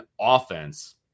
offense